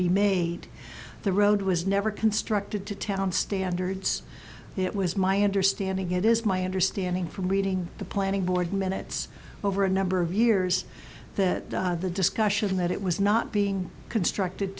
be made the road was never constructed to town standards it was my understanding it is my understanding from reading the planning board minutes over a number of years that the discussion that it was not being constructed